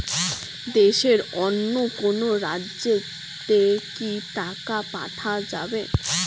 দেশের অন্য কোনো রাজ্য তে কি টাকা পাঠা যাবে?